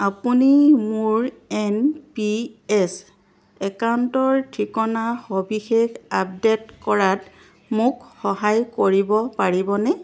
আপুনি মোৰ N P S একাউণ্টৰ ঠিকনাৰ সবিশেষ আপডেট কৰাত মোক সহায় কৰিব পাৰিবনে